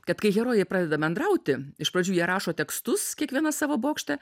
kad kai herojai pradeda bendrauti iš pradžių jie rašo tekstus kiekvienas savo bokšte